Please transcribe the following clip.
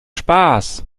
spaß